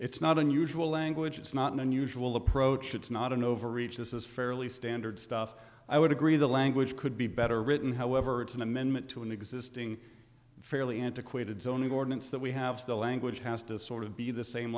it's not unusual language it's not an unusual approach it's not an overreach this is fairly standard stuff i would agree the language could be better written however it's an amendment to an existing fairly antiquated zoning ordinance that we have the language has to sort of be the same